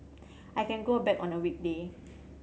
I can go back on a weekday